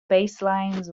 baselines